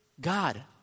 God